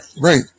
right